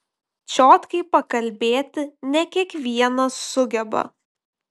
čiotkai pakalbėti ne kiekvienas sugeba